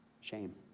Shame